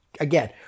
again